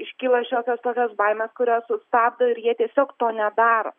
iškyla šiokios tokios baimės kurios sustabdo ir jie tiesiog to nedaro